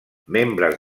membres